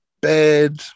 bed